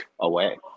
away